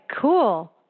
Cool